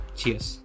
cheers